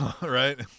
Right